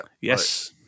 Yes